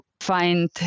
find